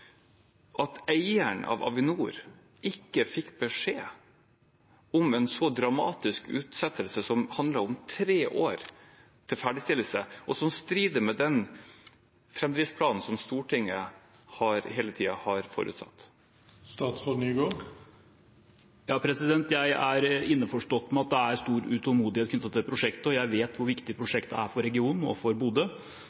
at eieren av Avinor ikke fikk beskjed om en så dramatisk utsettelse som handlet om tre år til ferdigstillelse, og som strider med den framdriftsplanen som Stortinget hele tiden har forutsatt? Jeg er innforstått med at det er stor utålmodighet knyttet til prosjektet, og jeg vet hvor viktig